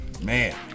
Man